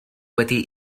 wedi